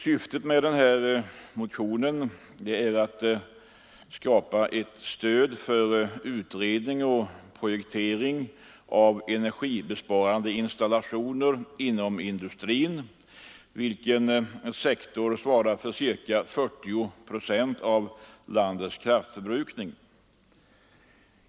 Syftet med motionen är att skapa ett stöd för utredning och projektering av energibesparande installationer inom industrin, en sektor vilken svarar för ca 40 procent av landets kraftförbrukning.